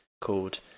called